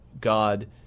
God